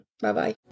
Bye-bye